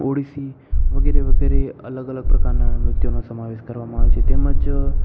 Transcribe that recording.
ODC વગેરે વગેરે અલગ અલગ પ્રકારના નૃત્યોનો સમાવેશ કરવામાં આવે છે તેમજ